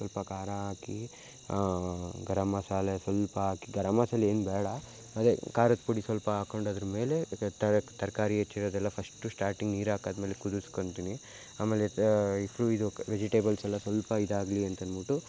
ಸ್ವಲ್ಪ ಖಾರ ಹಾಕಿ ಗರಮ್ ಮಸಾಲೆ ಸ್ವಲ್ಪ ಹಾಕಿ ಗರಮ್ ಮಸಾಲೆ ಏನೂ ಬೇಡ ಅದೇ ಖಾರದ ಪುಡಿ ಸ್ವಲ್ಪ ಹಾಕ್ಕೊಂಡ್ ಅದ್ರ ಮೇಲೆ ತರ್ ತರಕಾರಿ ಹೆಚ್ಚಿರೋದೆಲ್ಲ ಫಸ್ಟು ಸ್ಟಾರ್ಟಿಂಗ್ ನೀರು ಹಾಕಾದ ಮೇಲೆ ಕುದಿಸ್ಕೊಂತಿನಿ ಆಮೇಲೆ ಈ ಫು ಇದು ವೆಜಿಟಬಲ್ಸೆಲ್ಲ ಸ್ವಲ್ಪ ಇದಾಗಲಿ ಅಂತ ಅನ್ಬಿಟ್ಟು